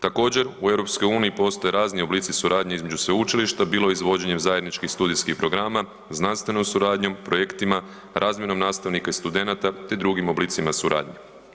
Također u EU postoje razni oblici suradnje između sveučilišta bilo izvođenjem zajedničkih studijskih programa, znanstvenom suradnjom, projektima, razmjenom nastavnika i studenata te drugim oblicima suradnje.